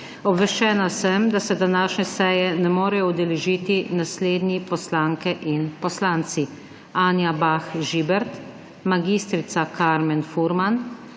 Obveščena sem, da se današnje seje ne morejo udeležiti naslednji poslanke in poslanci: Anja Bah Žibert, mag. Karmen Furman,